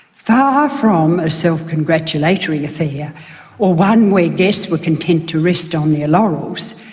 far from a self-congratulatory affair or one where guests were content to rest on their laurels,